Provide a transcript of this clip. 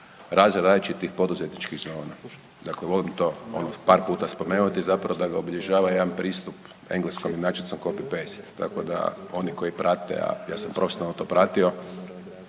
razvoj različitih poduzetničkih zona, dakle volim to ono par puta spomenuti zapravo da ga obilježava jedan pristup engleskom inačicom copy-paste, tako da oni koji prate, a ja sam profesionalno to pratio